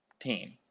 team